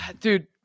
dude